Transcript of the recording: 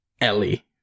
Ellie